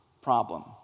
problem